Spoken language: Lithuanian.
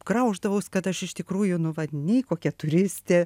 grauždavaus kad aš iš tikrųjų nu vat nei kokia turistė